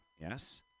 Yes